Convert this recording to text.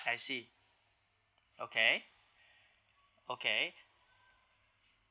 I see okay okay